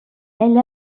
elle